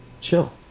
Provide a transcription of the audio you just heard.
Chill